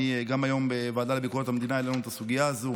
גם היום בוועדה לביקורת המדינה העלנו את הסוגיה הזו,